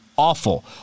Awful